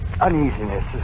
uneasiness